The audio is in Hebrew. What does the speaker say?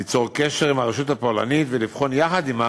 ליצור קשר עם הרשות הפולנית ולבחון יחד עמה